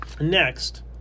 Next